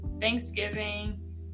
Thanksgiving